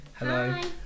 Hello